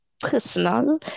personal